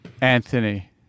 Anthony